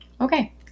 Okay